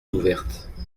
ouvertes